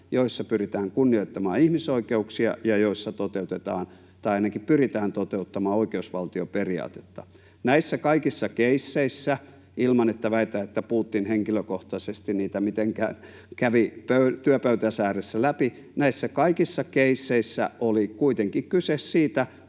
joissa pyritään kunnioittamaan ihmisoikeuksia ja joissa toteutetaan tai ainakin pyritään toteuttamaan oikeusvaltioperiaatetta. Näissä kaikissa keisseissä — ilman, että väitän, että Putin henkilökohtaisesti niitä mitenkään kävi työpöytänsä ääressä läpi — oli kuitenkin kyse siitä,